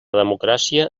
democràcia